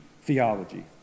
theology